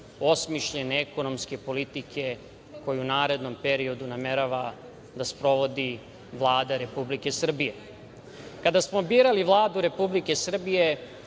osmišljene ekonomske politike koje u narednom periodu namerava da sprovodi Vlada Republike Srbije. Kada smo birali Vladu Republike Srbije,